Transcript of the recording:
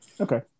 okay